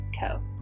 Co